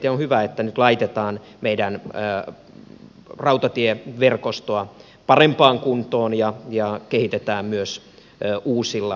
on hyvä että nyt laitetaan meidän rautatieverkostoamme parempaan kuntoon ja kehitetään myös uusilla raiteilla